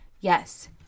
yes